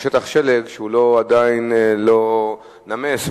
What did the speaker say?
שטח שלג שעדיין לא נמס,